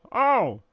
oh,